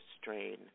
strain